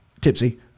tipsy